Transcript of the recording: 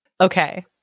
okay